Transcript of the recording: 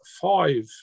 five